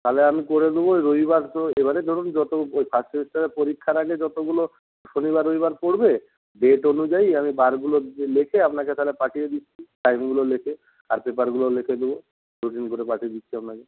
তাহলে আমি করে দেবো এই রবিবার তো এবারে ধরুন যতো ফার্স্ট সেমিস্টারের পরীক্ষার আগে যতোগুলো শনিবার রবিবার পড়বে ডেট অনুযায়ী আমি বারগুলো লিখে আপনাকে তাহলে পাঠিয়ে দিচ্ছি টাইমগুলো লিখে আর পেপারগুলো লিখে দেবো করে পাঠিয়ে দিচ্ছি আপনাকে